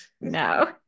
No